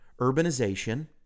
urbanization